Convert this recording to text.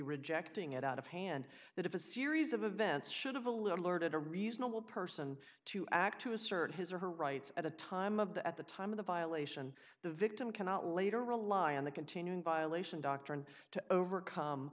rejecting it out of hand that if a series of events should have a little ordered a reasonable person to act to assert his or her rights at the time of the at the time of the violation the victim cannot later rely on the continuing violation doctrine to overcome